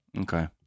Okay